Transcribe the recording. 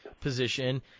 position